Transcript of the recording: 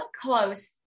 close